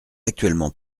actuellement